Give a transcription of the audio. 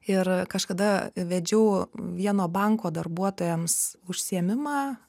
ir kažkada vedžiau vieno banko darbuotojams užsiėmimą